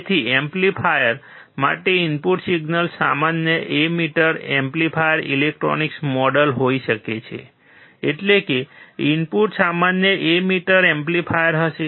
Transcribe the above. તેથી એમ્પ્લીફાયર માટે input signal સામાન્ય એમીટર એમ્પ્લીફાયર ઇલેક્ટ્રોનિક મોડેલ હોઈ શકે છે એટલે કે ઇનપુટ સામાન્ય એમીટર એમ્પ્લીફાયર હશે